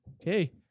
Okay